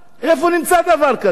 איפה נמצא דבר כזה?